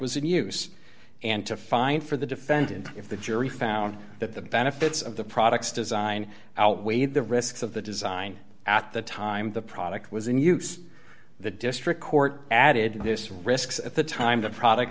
was in use and to find for the defendant if the jury found that the benefits of the products design outweigh the risks of the design at the time the product was in use the district court added this risks at the time the product